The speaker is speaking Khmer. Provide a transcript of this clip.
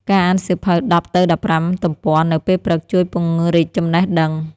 ការអានសៀវភៅ ១០ ទៅ ១៥ ទំព័រនៅពេលព្រឹក ជួយពង្រីកចំណេះដឹង។